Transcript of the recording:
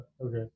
Okay